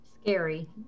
Scary